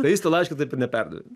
tai jis to laiško taip ir neperdavė